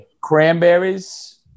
cranberries